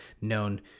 known